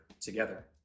together